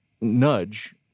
nudge